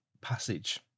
passage